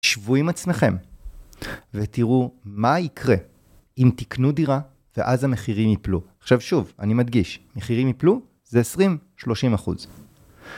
תשבו עם עצמכם ותראו מה יקרה אם תקנו דירה ואז המחירים יפלו. עכשיו שוב, אני מדגיש, מחירים יפלו זה 20-30%.